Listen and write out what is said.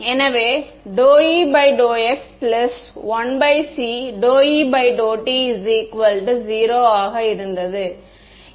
எனவே ∂E∂x 1c∂E∂t 𝟢 ஆக இருந்தது